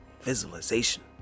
visualization